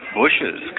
bushes